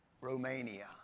Romania